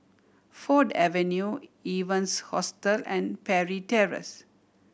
Ford Avenue Evans Hostel and Parry Terrace